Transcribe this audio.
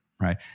right